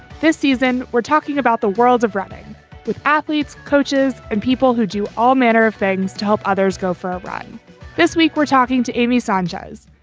this season, we're talking about the world of running with athletes, coaches and people who do all manner of things to help others go for a ride this week, we're talking to amy sanjaya's,